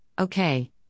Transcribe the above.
okay